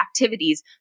activities